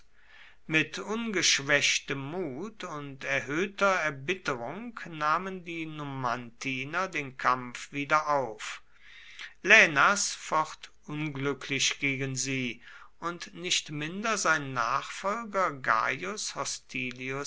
mit ungeschwächtem mut und erhöhter erbitterung nahmen die numantiner den kampf wieder auf laenas focht unglücklich gegen sie und nicht minder sein nachfolger gaius